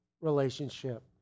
relationship